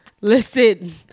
Listen